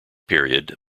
period